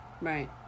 Right